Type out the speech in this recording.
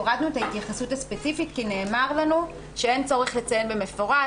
הורדנו את ההתייחסות הספציפית כי נאמר לנו שאין צורך לציין במפורש.